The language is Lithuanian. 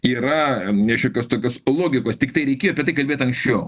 yra ne šiokios tokios logikos tiktai reikėjo apie tai kalbėt anksčiau